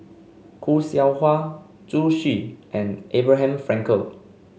Khoo Seow Hwa Zhu Xu and Abraham Frankel